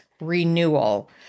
renewal